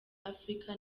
africa